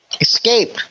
escape